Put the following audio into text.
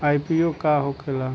IPO का होखेला?